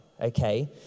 okay